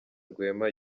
rwema